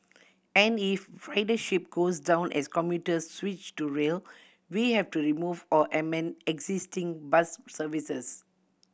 and if ridership goes down as commuters switch to rail we have to remove or amend existing bus services